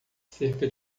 cerca